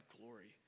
glory